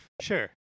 Sure